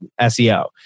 SEO